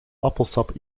appelsap